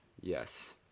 Yes